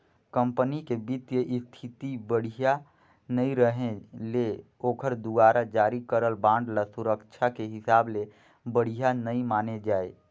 company के बित्तीय इस्थिति बड़िहा नइ रहें ले ओखर दुवारा जारी करल बांड ल सुरक्छा के हिसाब ले बढ़िया नइ माने जाए